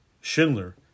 Schindler